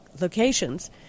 locations